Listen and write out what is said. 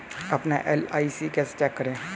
अपना एल.आई.सी कैसे चेक करें?